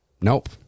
Nope